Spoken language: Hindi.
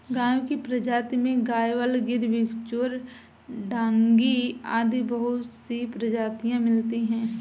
गायों की प्रजाति में गयवाल, गिर, बिच्चौर, डांगी आदि बहुत सी प्रजातियां मिलती है